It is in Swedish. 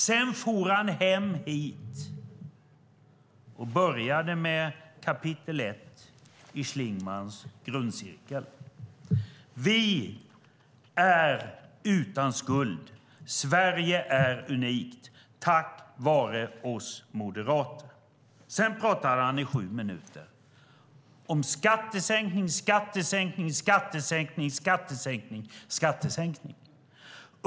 Sedan for han hem hit och började med kapitel ett i Schlingmanns grundcirkel: Vi är utan skuld. Sverige är unikt tack vare oss moderater. Sedan talade han i sju minuter om skattesänkning, skattesänkning och skattesänkning.